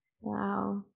Wow